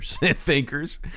Thinkers